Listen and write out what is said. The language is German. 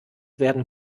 werden